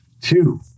Two